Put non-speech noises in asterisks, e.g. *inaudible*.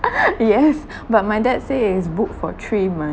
*laughs* yes *laughs* but my dad say is booked for three months